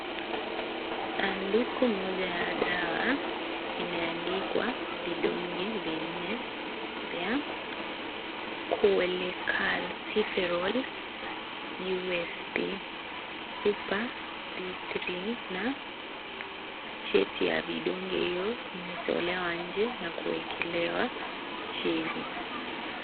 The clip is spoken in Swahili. Sanduku moja ya dawa imeandikwa vidonge viinne vya Cholecalciferol usp super D3 na sacheti ya vidonge hiyo imetolewa nje na kuekelewa chini.